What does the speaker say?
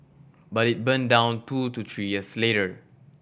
but it burned down two to three years later